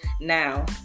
Now